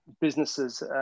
businesses